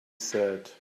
said